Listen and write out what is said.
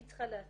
היא צריכה להציג